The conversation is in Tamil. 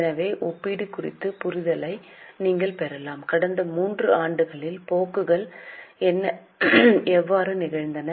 எனவே ஒப்பீடு குறித்த புரிதலை நீங்கள் பெறலாம் கடந்த 3 ஆண்டுகளில் போக்குகள் எவ்வாறு நிகழ்ந்தன